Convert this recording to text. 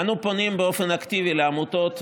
אנו פונים באופן אקטיבי לעמותות,